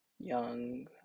young